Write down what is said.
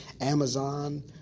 Amazon